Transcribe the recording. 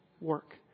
work